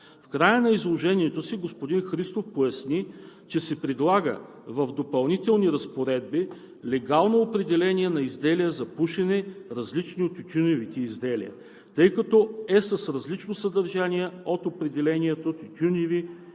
В края на изложението си господин Христов поясни, че се предлага в Допълнителните разпоредби легално определение на „изделия за пушене, различни от тютюневи изделия“, тъй като е с различно съдържание от определението „тютюневи и